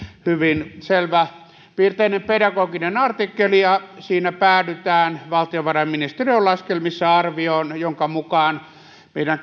hyvin selväpiirteinen pedagoginen artikkeli ja siinä päädytään valtiovarainministeriön laskelmissa arvioon jonka mukaan meidän